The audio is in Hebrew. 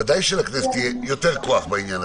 אם זה דבר כל כך חשוב --- נכון.